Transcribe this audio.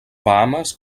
bahames